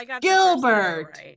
Gilbert